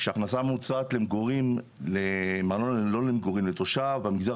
כשההכנסה הממוצעת מארנונה לא למגורים לתושב במגזר